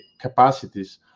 capacities